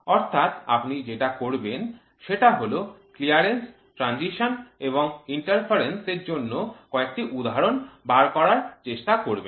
অর্থাৎ আপনি যেটা করবেন সেটা হল ক্লিয়ারেন্স ট্রানজিশন এবং ইন্টারফিয়ারেন্স এর জন্য কয়েকটি উদাহরণ বের করার চেষ্টা করবেন